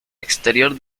exterior